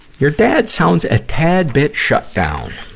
your dad sounds a tad bit shut down.